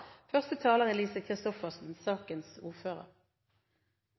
Første taler er Kjersti Toppe, som er sakens ordfører.